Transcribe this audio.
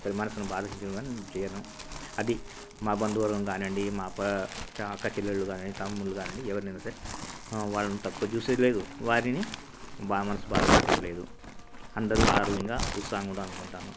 ఒకరి మనసును బాధ కలిగించడం కాని నేను చేయను అది మా బంధువులం కానీండి మా పా చా అక్కాచెల్లెల్లు కాని తమ్ముళ్ళు కానివ్వండి ఎవరినయినా సరే వాళ్ళు తక్కువ చూసేది లేదు వారిని బా మనసు బాధపెట్టేది లేదు అందరు ఆరోగ్యంగా ఉత్సాహంగా ఉండాలనుకుంటాను